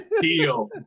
Deal